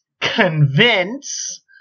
convince